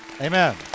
Amen